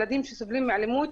ילדים שסובלים מאלימות,